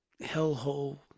hellhole